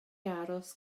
aros